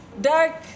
Dark